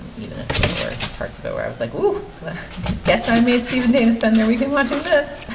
and even if there were parts of it where i was like, well, i guess i made stephen dana spend their weekend watching this